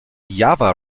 java